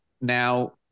Now